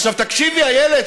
עכשיו תקשיבי, איילת.